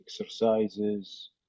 exercises